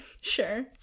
sure